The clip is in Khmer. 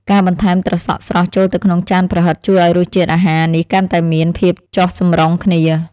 ការបន្ថែមត្រសក់ស្រស់ចូលទៅក្នុងចានប្រហិតជួយឱ្យរសជាតិអាហារនេះកាន់តែមានភាពចុះសម្រុងគ្នា។